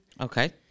Okay